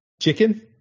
chicken